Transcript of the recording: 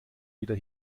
wieder